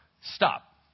Stop